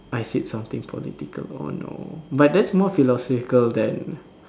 I said something political oh no but that's more philosophical than